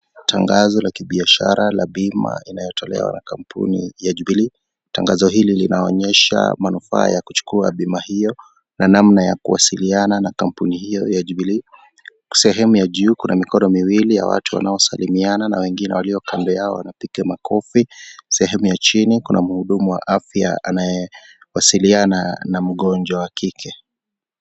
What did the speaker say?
Tangazo la kibiashara la bima inayotolewa na kampuni ya Jubilee. Tangazo hili linaonyesha manufaa ya kuchukua bima hiyo na namna ya kuwasiliana na kampuni hiyo ya Jubilee. Sehemu ya juu kuna mikono miwili ya watu wanaosalimiana na wengine walio kando yao wanapiga makofi. Sehemu ya chini kuna mhudumu wa afya anayewasiliana na mgonjwa wa kike.